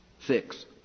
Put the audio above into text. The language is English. Six